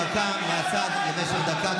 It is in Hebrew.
הנמקה מהצד למשך דקה.